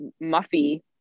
muffy